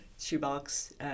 Shoebox